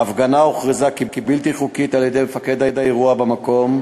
ההפגנה הוכרזה בלתי חוקית על-ידי מפקד האירוע במקום,